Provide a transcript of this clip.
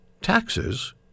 taxes